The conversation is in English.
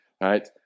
right